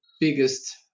biggest